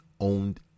Owned